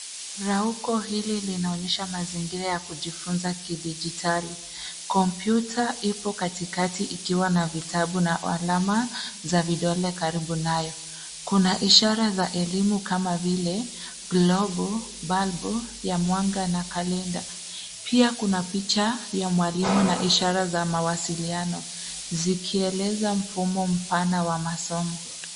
Rauko hili linaonyesha mazingira ya kujifunza kijiditali. Kompyuta ipo katikati ikiwa na vitabu na alama za vidole karibu nayo. Kuna ishara za elimu kama vile, globo, balbu, ya mwanga na kalenda. Pia kuna picha ya mwalimu na ishara za mawasiliano, zikieleza mfumo mpana wa masomo.